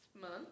month